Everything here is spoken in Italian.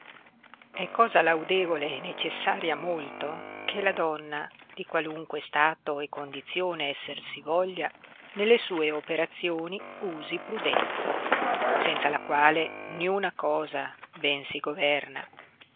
è cosa laudevole e necessaria molto che la donna di qualunque stato e condizione esser si voglia nelle sue operazioni usi prudenza senza la quale niuna cosa ben si governa